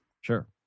Sure